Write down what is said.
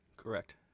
Correct